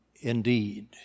indeed